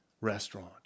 restaurant